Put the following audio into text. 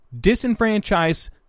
disenfranchise